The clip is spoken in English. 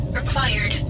required